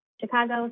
Chicago